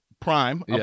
prime